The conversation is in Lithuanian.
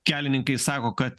kelininkai sako kad